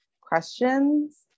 questions